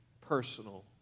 personal